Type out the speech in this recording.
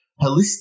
holistic